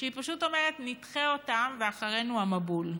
שהיא פשוט אומרת: נדחה אותן, ואחרינו המבול.